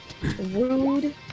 Rude